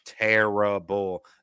terrible